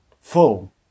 full